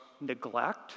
neglect